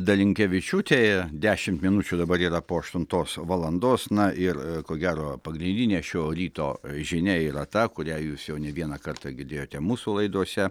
dalinkevičiūtė dešimt minučių dabar yra po aštuntos valandos na ir ko gero pagrindinė šio ryto žinia yra ta kurią jūs jau ne vieną kartą girdėjote mūsų laidose